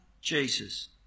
Jesus